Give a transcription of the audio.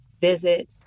visit